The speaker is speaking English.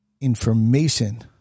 information